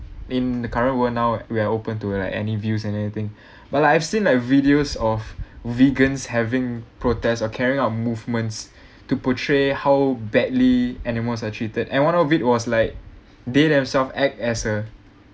in the current world now we're open to like any views and anything but I've seen like videos of vegans having protests or carrying out a movements to portray how badly animals are treated and one of it was like they themselves act as a